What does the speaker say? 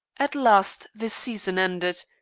at last the season ended,